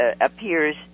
appears